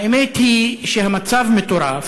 האמת היא שהמצב מטורף,